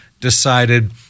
decided